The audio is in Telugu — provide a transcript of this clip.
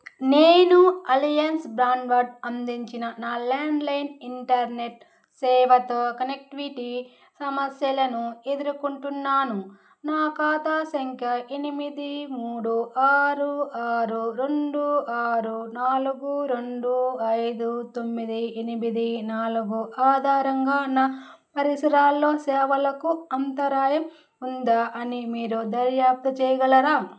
నేను అలయన్స్ బ్రాడ్బ్యాండ్ అందించిన నా ల్యాండ్లైన్ ఇంటర్నెట్ సేవతో కనెక్టివిటీ సమస్యలను ఎదురుకొంటున్నాను నా ఖాతా సంఖ్య ఎనిమిది మూడు ఆరు ఆరు రెండు ఆరు నాలుగు రెండు ఐదు తొమ్మిది ఎనిబిది నాలగు ఆధారంగా నా పరిసరాల్లో సేవలకు అంతరాయం ఉందా అని మీరు దర్యాప్తు చేయగలరా